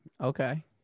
Okay